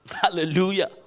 Hallelujah